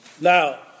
Now